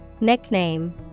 Nickname